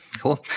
cool